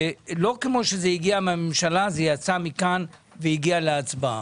כאשר לא כפי שהם הגיעו מן הממשלה הם יצאו מכאן והגיעו להצבעה.